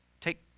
take